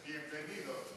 Bienvenidos.